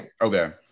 Okay